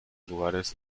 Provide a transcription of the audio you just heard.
lugares